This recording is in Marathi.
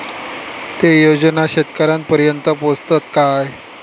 ते योजना शेतकऱ्यानपर्यंत पोचतत काय?